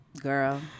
girl